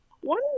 One